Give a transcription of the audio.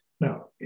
Now